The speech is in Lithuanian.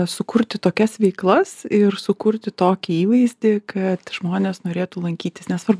sukurti tokias veiklas ir sukurti tokį įvaizdį kad žmonės norėtų lankytis nesvarbu